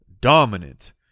dominant